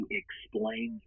explain